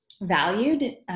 valued